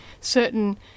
certain